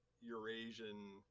Eurasian